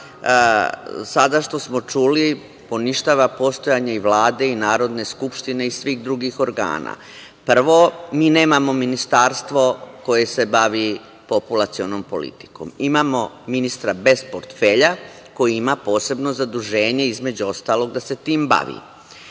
sada što smo čuli poništava postojanje i Vlade i Narodne skupštine i svih drugih organa. Prvo, mi nemamo ministarstvo koje se bavi populacionom politikom. Imamo ministra bez portfelja koji ima posebno zaduženje, između ostalog da se tim